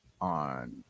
on